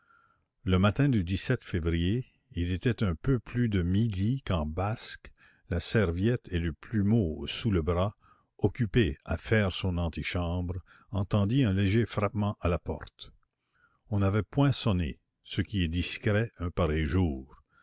le matin du février il était un peu plus de midi quand basque la serviette et le plumeau sous le bras occupé à faire son antichambre entendit un léger frappement à la porte on n'avait point sonné ce qui est discret un pareil jour